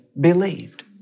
believed